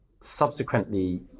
subsequently